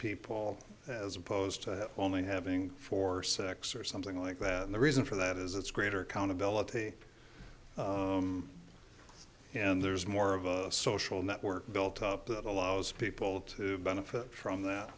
people as opposed to only having four six or something like that and the reason for that is it's greater accountability and there's more of a social network built up that allows people to benefit from that